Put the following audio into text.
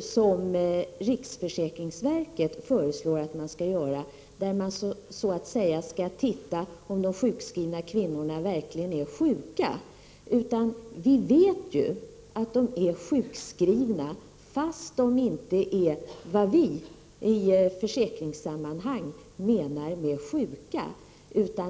som riksförsäkringsverket föreslår, där man skall studera om de sjukskrivna kvinnorna verkligen är sjuka. Vi vet ju att de är sjukskrivna, fast de inte är vad vi i försäkringssammanhang menar med sjuka.